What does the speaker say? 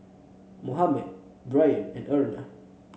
Mohammed Brien and Erna